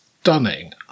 stunning